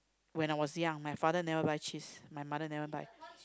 when I was young my father never buy cheese my mother never buy